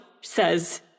says